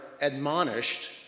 admonished